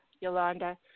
Yolanda